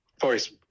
Forest